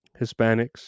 Hispanics